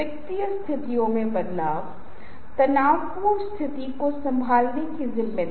विभिन्न bullet point बाएं हाथ की तरफ फ्लेस्ट एलायड लेफ्ट हैं